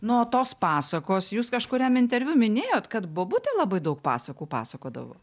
nu o tos pasakos jūs kažkuriam interviu minėjot kad bobutė labai daug pasakų pasakodavo